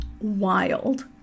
wild